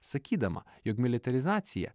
sakydama jog militarizacija